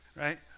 right